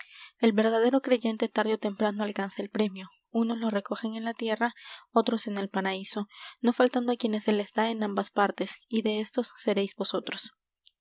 el verdadero creyente tarde ó temprano alcanza el premio unos lo recogen en la tierra otros en el paraíso no faltando á quienes se les da en ambas partes y de éstos seréis vosotros